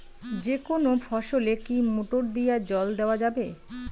যেকোনো ফসলে কি মোটর দিয়া জল দেওয়া যাবে?